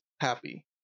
happy